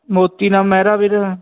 Moti Ram Mehra Veer